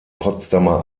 potsdamer